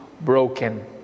broken